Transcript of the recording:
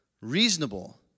reasonable